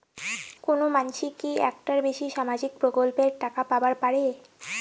কোনো মানসি কি একটার বেশি সামাজিক প্রকল্পের টাকা পাবার পারে?